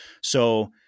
So-